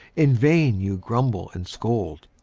in vain you grumble and scold.